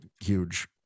huge